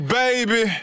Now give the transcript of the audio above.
baby